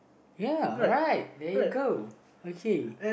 ya right there you go okay